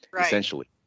essentially